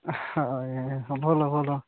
ଭଲ ଭଲ